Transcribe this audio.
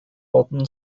modern